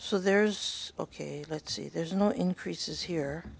so there's ok let's see there's no increases here